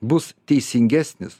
bus teisingesnis